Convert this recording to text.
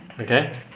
Okay